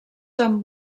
amb